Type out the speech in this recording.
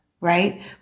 right